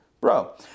Bro